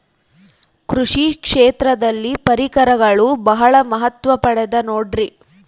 ಕೃಷಿ ಕ್ಷೇತ್ರದಲ್ಲಿ ಪರಿಕರಗಳು ಬಹಳ ಮಹತ್ವ ಪಡೆದ ನೋಡ್ರಿ?